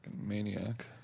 maniac